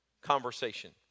conversation